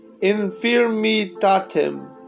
infirmitatem